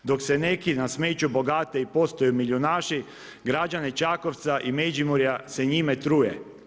Dok se neki na smeću bogate i postaju milijunaši građane Čakovca i Međimurja se njime truje.